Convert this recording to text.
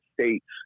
states